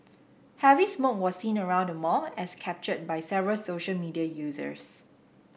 heavy smoke was seen around the mall as captured by several social media users